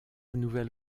nouvelle